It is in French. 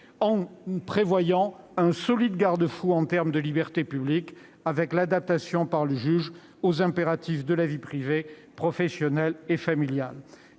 en prévoyant un solide garde-fou en termes de libertés publiques, l'adaptation de la peine prononcée par le juge aux impératifs de la vie privée, professionnelle et familiale.